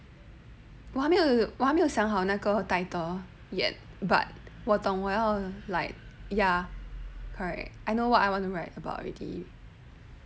我还没有还没有想好那个 title yet but 我懂我要 correct I know what I want to write about already